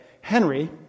Henry